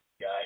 guy